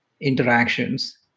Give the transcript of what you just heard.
interactions